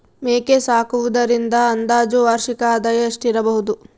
ಮೇಕೆ ಸಾಕುವುದರಿಂದ ಅಂದಾಜು ವಾರ್ಷಿಕ ಆದಾಯ ಎಷ್ಟಿರಬಹುದು?